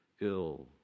ill